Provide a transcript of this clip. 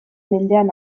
mendean